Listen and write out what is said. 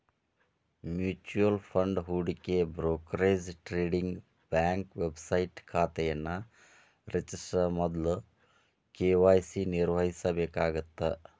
mutual fund ಹೂಡಿಕೆ brokerage trading bank website ಖಾತೆಯನ್ನ ರಚಿಸ ಮೊದ್ಲ ಕೆ.ವಾಯ್.ಸಿ ನಿರ್ವಹಿಸಬೇಕಾಗತ್ತ